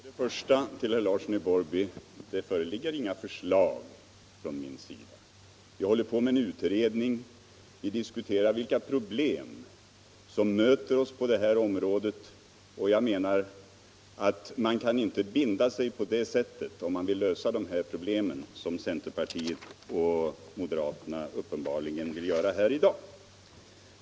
Herr talman! För det första vill jag till herr Larsson i Borrby säga att det föreligger inga förslag från min sida. Vi håller på med en utredning, vi diskuterar vilka problem som möter oss på detta område, och jag menar att man, om man vill lösa dessa problem, inte kan binda sig på det sätt som centerpartiet och moderaterna uppenbarligen vill göra här i dag.